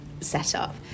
setup